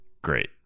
Great